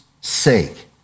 sake